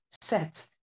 set